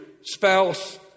spouse